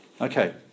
Okay